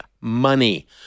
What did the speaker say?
money